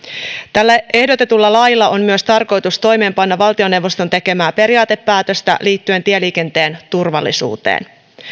tällä ehdotetulla lailla on myös tarkoitus toimeenpanna valtioneuvoston tekemää periaatepäätöstä liittyen tieliikenteen turvallisuuteen